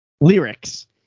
lyrics